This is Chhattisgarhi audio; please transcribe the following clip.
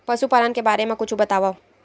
पशुपालन के बारे मा कुछु बतावव?